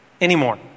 anymore